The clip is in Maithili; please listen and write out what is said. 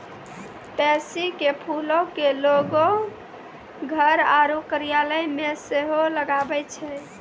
पैंसी के फूलो के लोगें घर आरु कार्यालय मे सेहो लगाबै छै